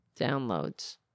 downloads